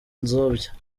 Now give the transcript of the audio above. nzobya